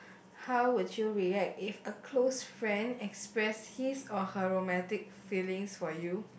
how would you relate if a close friend express his or her romantic feelings for you